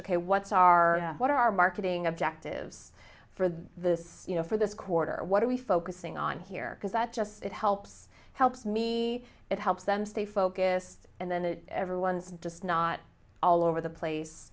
ok what's our what are our marketing objectives for the you know for this quarter what are we focusing on here because that just it helps helps me it helps them stay focused and then that everyone's just not all over the